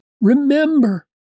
remember